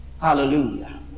Hallelujah